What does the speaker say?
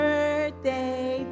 Birthday